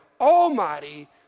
almighty